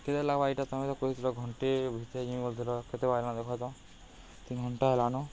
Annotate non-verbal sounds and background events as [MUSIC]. କେରଲା ଏଇଟା ତମେ ତ କହିଥିଲ ଘଣ୍ଟେ [UNINTELLIGIBLE] ଦେଖତ ତିନ୍ ଘଣ୍ଟା ହେଲାନ